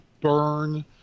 burn